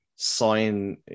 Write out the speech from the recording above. sign